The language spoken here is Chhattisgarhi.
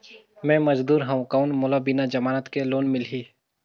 मे मजदूर हवं कौन मोला बिना जमानत के लोन मिलही?